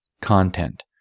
content